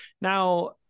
Now